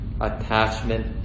attachment